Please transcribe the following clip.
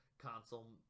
console